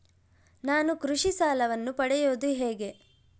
ನಾನು ಕೃಷಿ ಸಾಲವನ್ನು ಪಡೆಯೋದು ಹೇಗೆ?